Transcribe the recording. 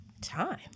time